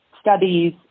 studies